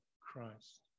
christ